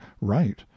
right